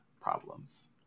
problems